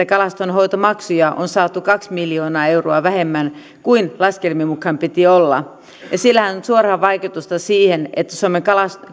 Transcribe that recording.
kalastonhoitomaksuja on saatu kaksi miljoonaa euroa vähemmän kuin laskelmien mukaan piti sillähän on suoraan vaikutusta siihen että suomen